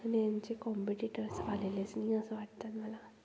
नेंचे competitors आलेलेस नाही असं वाटतात मला